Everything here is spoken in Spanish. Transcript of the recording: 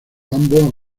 ambos